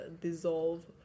dissolve